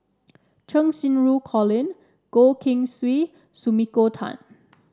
Cheng Xinru Colin Goh Keng Swee Sumiko Tan